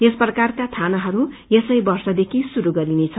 यस प्रकारका थानाहरू यसै वर्षदेखि श्रुरू गरिनेछ